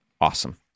Awesome